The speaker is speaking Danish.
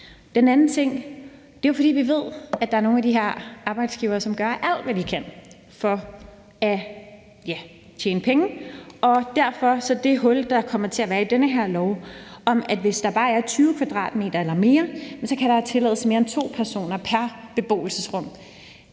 Vi ved jo, at der er nogle af de arbejdsgivere, som gør alt, hvad de kan, for at tjene penge, og det hul, der kommer til at være i den her lov, med, at hvis der bare er 20 m² eller mere, kan der tillades mere end to personer pr. beboelsesrum,